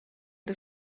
the